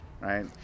right